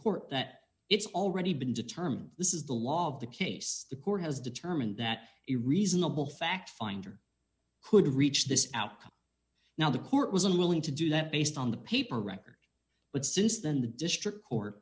court that it's already been determined this is the law of the case the court has determined that a reasonable fact finder could reach this outcome now the court was unwilling to do that based on the paper record but since then the district court